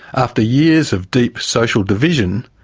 after years of deep social division,